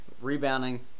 rebounding